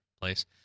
place